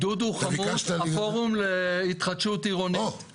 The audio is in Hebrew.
תחת רשות חרום לאומית אנחנו מתרגלים אחת לשנה בין אם זו מלחמה,